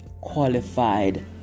qualified